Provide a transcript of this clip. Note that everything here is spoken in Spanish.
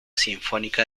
sinfónica